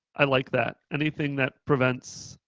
i like that, anything that prevents